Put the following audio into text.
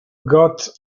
got